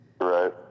Right